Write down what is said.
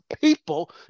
people